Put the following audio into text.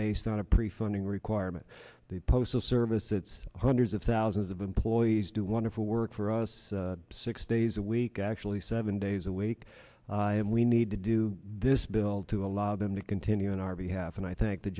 based on a pre funding requirement the postal service it's hundreds of thousands of employees do wonderful work for us six days a week actually seven days a week and we need to do this bill to allow them to continue on our behalf and i thank the